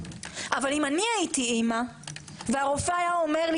אבל אם אני הייתי אמא והרופא היה אומר לי